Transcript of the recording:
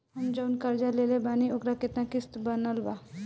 हम जऊन कर्जा लेले बानी ओकर केतना किश्त बनल बा?